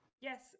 Yes